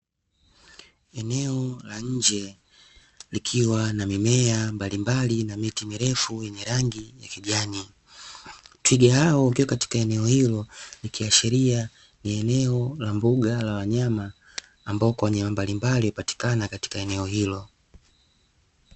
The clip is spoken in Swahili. Eneo la nje likiwa na mimea mbalimbali na miti mirefu yenye rangi ya kijani, twiga hao wakiwa katika eneo hilo ikiashiria ni eneo la mbuga za wanyama ambao kwa wanyama mbalimbali hupatikana katika eneo hilo.